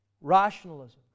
rationalism